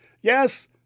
Yes